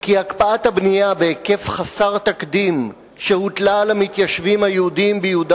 כי הקפאת הבנייה בהיקף חסר תקדים שהוטלה על המתיישבים היהודים ביהודה